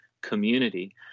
community